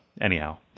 anyhow